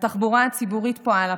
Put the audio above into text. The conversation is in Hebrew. התחבורה הציבורית פה על הפנים,